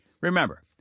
Remember